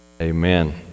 Amen